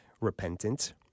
repentant